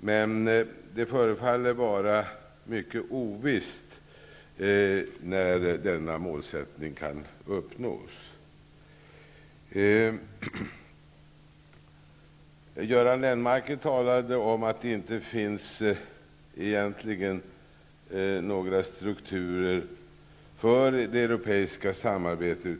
Men det förefaller vara mycket ovisst när detta mål kan uppnås. Göran Lennmarker sade att det inte finns några andra strukturer av betydelse för det europeiska samarbetet